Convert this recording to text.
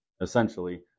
Essentially